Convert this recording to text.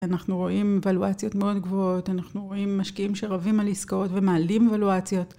אנחנו רואים ולואציות מאוד גבוהות, אנחנו רואים משקיעים שרבים על עסקאות ומעלים ולואציות.